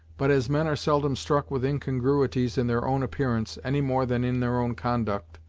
but as men are seldom struck with incongruities in their own appearance, any more than in their own conduct,